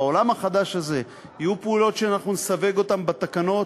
בעולם החדש הזה יהיו פעולות שאנחנו נסווג אותן בתקנות,